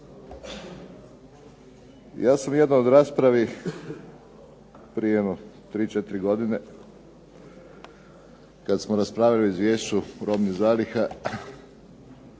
Ja sam u jednoj raspravi prije jedno 3, 4 godine kad smo raspravljali o Izvješću robnih zaliha